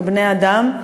כבני-אדם,